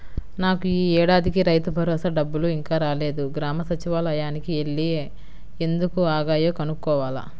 నాకు యీ ఏడాదికి రైతుభరోసా డబ్బులు ఇంకా రాలేదు, గ్రామ సచ్చివాలయానికి యెల్లి ఎందుకు ఆగాయో కనుక్కోవాల